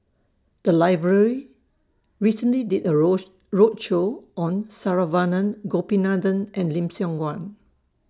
The Library recently did A Road roadshow on Saravanan Gopinathan and Lim Siong Guan